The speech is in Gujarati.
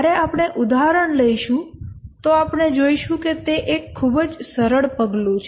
જ્યારે આપણે ઉદાહરણ લઈશું તો આપણે જોશું કે તે એક ખૂબ જ સરળ પગલું છે